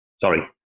Sorry